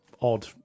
odd